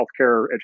healthcare